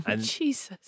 Jesus